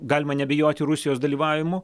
galima neabejoti rusijos dalyvavimu